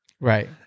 Right